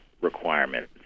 requirement